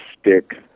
stick